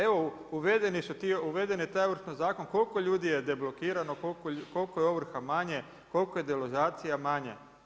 Evo uveden je taj Ovršni zakon, koliko ljudi je deblokirano, koliko je ovrha manje, koliko je deložacija manja.